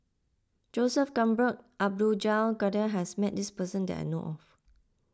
Joseph Abdul Jalil Kadir has met this person that I know of